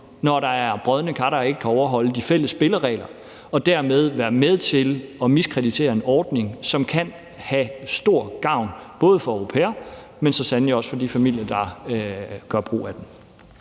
når der er brodne kar, der ikke kan overholde de fælles spilleregler og dermed er med til at miskreditere en ordning, som kan være til stor gavn, både for au pairer, men så sandelig også for de familier, der gør brug af dem.